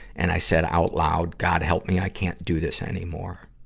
and i said out loud, god, help me! i can't do this anymore.